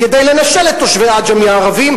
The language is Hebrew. כדי לנשל את תושבי עג'מי הערבים,